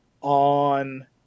on